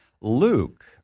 Luke